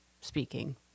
speaking